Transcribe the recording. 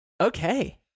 okay